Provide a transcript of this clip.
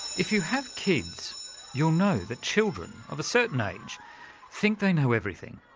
if you have kids you'll know that children of a certain age think they know everything.